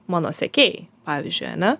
mano sekėjai pavyzdžiui ane